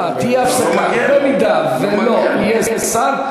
אם אחרי שיסיים חבר הכנסת נחמן שי לא יהיה פה שר,